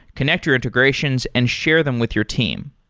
connect your integrations and share them with your team.